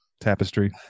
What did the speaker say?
tapestry